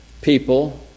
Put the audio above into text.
people